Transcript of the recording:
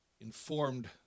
informed